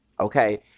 okay